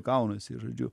kaunasi žodžiu